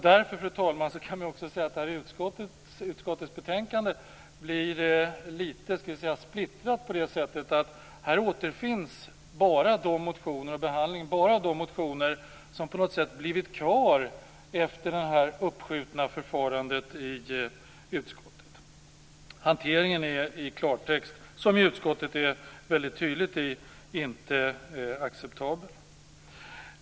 Därför har det nuvarande betänkandet blivit litet splittrat på grund av att där återfinns enbart de motioner som har blivit kvar i det uppskjutna förfarandet i utskottet. Utskottet ger uttryck för att hanteringen inte är acceptabel.